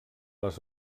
les